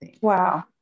Wow